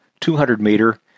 200-meter